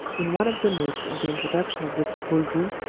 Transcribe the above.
in one of the notes of the introduction of the popol vuh,